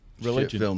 religion